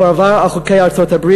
הוא עבר על חוקי ארצות-הברית,